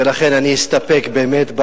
ולכן אני אסתפק באמת,